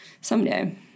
someday